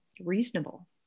Reasonable